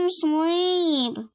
sleep (